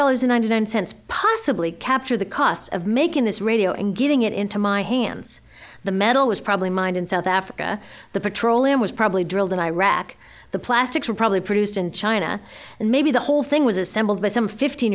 dollars ninety nine cents possibly capture the cost of making this radio and getting it into my hands the metal was probably mined in south africa the petroleum was probably drilled in iraq the plastics were probably produced in china and maybe the whole thing was assembled by some fifteen